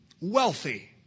Wealthy